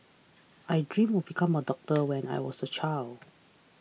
I dreamt of becoming a doctor when I was a child